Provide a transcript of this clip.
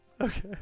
Okay